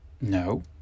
No